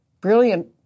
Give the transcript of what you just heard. brilliant